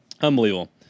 Unbelievable